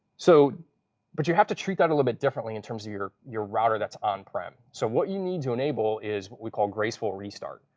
so but you have to treat that a little bit differently in terms of your router that's on-prem. so what you need to enable is what we call graceful restart.